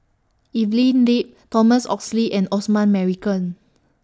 Evelyn Lip Thomas Oxley and Osman Merican